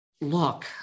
look